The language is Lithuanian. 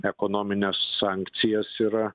ekonomines sankcijas yra